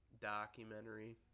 documentary